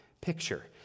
picture